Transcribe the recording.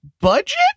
budget